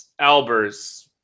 Albers